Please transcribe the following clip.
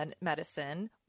medicine